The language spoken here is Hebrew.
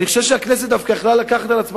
ואני חושב שהכנסת דווקא היתה יכולה לקחת על עצמה